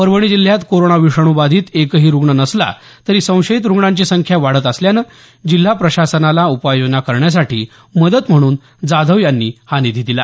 परभणी जिल्ह्यात कोरोना विषाणू बाधित एकही रुग्ण नसला तरी संशयित रुग्णांची संख्या वाढत असल्यानं जिल्हा प्रशासनाला उपाययोजना करण्यासाठी मदत म्हणून जाधव यांनी हा निधी दिला